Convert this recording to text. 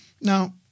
Now